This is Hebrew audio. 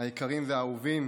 היקרים והאהובים,